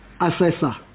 assessor